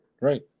Right